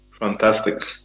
Fantastic